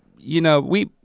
you know, we,